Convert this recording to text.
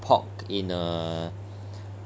pork in err